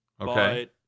Okay